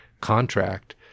contract